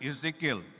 Ezekiel